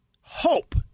hope